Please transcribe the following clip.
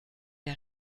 der